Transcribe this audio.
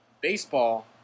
Baseball